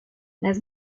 las